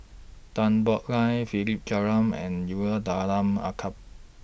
Tan Boo Liat Philip Jeyaretnam and Umar Abdullah Al Khatib